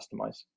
customize